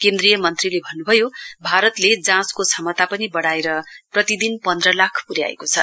केन्द्रीय मन्त्रीले भन्नुभयो भारतले जाँचको क्षमता पनि बढाएर प्रतिदिन पन्ध्र लाख पुर्याएको छ